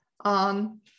on